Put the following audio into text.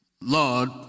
Lord